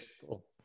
cool